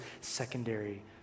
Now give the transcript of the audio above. secondary